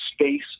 space